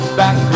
back